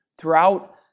throughout